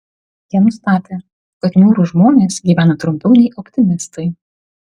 jie nustatė kad niūrūs žmonės gyvena trumpiau nei optimistai